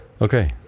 Okay